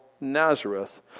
Nazareth